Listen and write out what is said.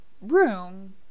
room